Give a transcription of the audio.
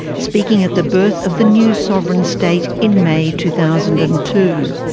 speaking at the birth of the new sovereign state in may, two thousand and two.